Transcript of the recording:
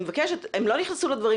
אני מבקשת לאפשר לו.